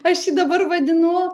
aš jį dabar vadinu